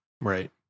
Right